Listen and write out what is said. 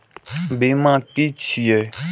बीमा की छी ये?